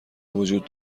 وجود